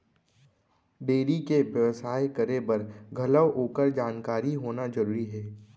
dairy के बेवसाय करे बर घलौ ओकर जानकारी होना जरूरी हे